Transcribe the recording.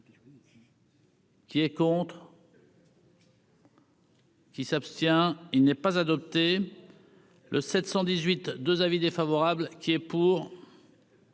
Qui est contre. Qui s'abstient, il n'est pas adopté le 718 2 avis défavorables qui est pour.